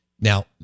Now